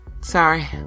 Sorry